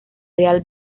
real